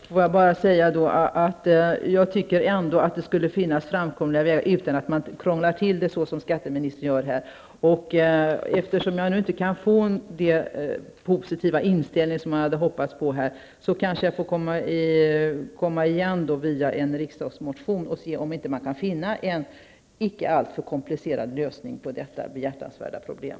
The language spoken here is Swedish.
Herr talman! Jag tycker ändåck att det skulle finnas framkomliga vägar utan att krångla till det hela såsom skatteministern gör här. Eftersom jag inte kan få det positiva svar jag hade hoppats på här, kanske jag får väcka en riksdagsmotion och se om det där går att finna en icke alltför komplicerad lösning på detta behjärtansvärda problem.